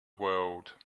world